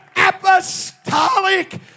Apostolic